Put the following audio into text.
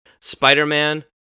Spider-Man